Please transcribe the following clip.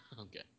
Okay